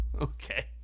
okay